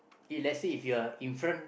if let's say if you are in front